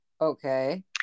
Okay